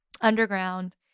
underground